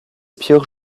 pire